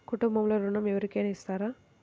కుటుంబంలో ఋణం ఎవరికైనా ఇస్తారా?